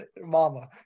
mama